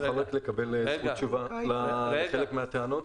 אני יכול לקבל זכות תשובה לחלק מהטענות?